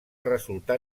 resultar